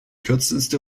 kürzeste